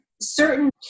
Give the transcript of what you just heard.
certain